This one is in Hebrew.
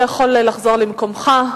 אתה יכול לחזור למקומך.